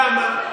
למה?